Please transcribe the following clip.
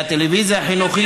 והטלוויזיה החינוכית,